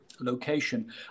Location